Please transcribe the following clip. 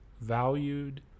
valued